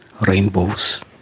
rainbows